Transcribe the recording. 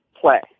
play